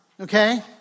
okay